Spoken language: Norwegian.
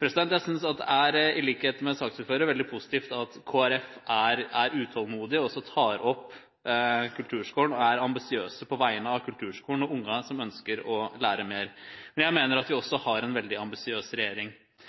I likhet med saksordføreren, synes jeg det er veldig positivt at Kristelig Folkeparti er utålmodig, som tar opp kulturskolen og er ambisiøs på vegne av denne og de barna som ønsker å lære mer, men jeg mener at vi også har en veldig ambisiøs regjering.